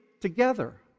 together